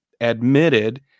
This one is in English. admitted